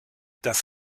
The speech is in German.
das